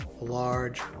large